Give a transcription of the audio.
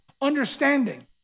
Understanding